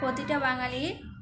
প্রতিটা বাঙালির